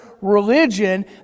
religion